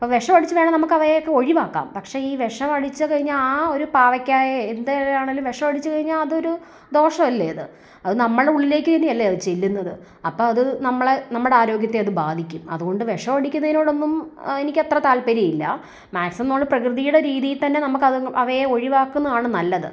അപ്പം വിഷം അടിച്ചു വേണം നമുക്കവയെ ഒക്കെ ഒഴിവാക്കാം പക്ഷേ ഈ വിഷം അടിച്ചു കഴിഞ്ഞാൽ ആ ഒരു പാവക്കായയെ എന്തൊരു ആണേലും വിഷം അടിച്ചു കഴിഞ്ഞാൽ അതൊരു ദോഷം അല്ലേ അത് അത് നമ്മൾ ഉള്ളിലേക്ക് തന്നെ അല്ലേ അത് ചെല്ലുന്നത് അപ്പം അത് നമ്മളെ നമ്മുടെ ആരോഗ്യത്തെ അത് ബാധിക്കും അതുകൊണ്ട് വിഷം അടിക്കുന്നതിനോടൊന്നും എനിക്കത്ര താല്പര്യം ഇല്ല മാക്സിമം നമ്മൾ പ്രകൃതീടെ രീതീയിൽ തന്നെ നമുക്ക് അവയെ ഒഴിവാക്കുന്നതാണ് നല്ലത്